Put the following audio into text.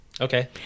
okay